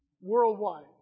worldwide